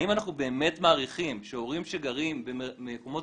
האם אנחנו באמת מעריכים שהורים שגרים במקומות